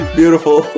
beautiful